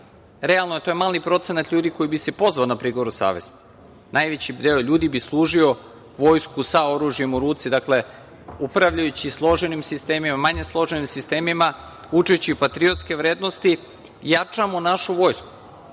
realno, to je mali procenat ljudi koji bi se pozvao na prigovor o savesti. Najveći deo ljudi bi služio vojsku sa oružjem u ruci. Dakle, upravljajući sa složenim sistemima, manje složenim sistemima, učeći patriotske vrednosti jačamo našu vojsku,